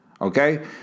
Okay